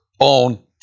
on